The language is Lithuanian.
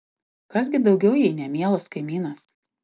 kas gi daugiau jei ne mielas kaimynas